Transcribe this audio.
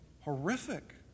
horrific